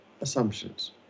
assumptions